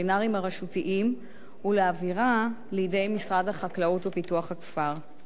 הרשותיים ולהעבירה לידי משרד החקלאות ופיתוח הכפר.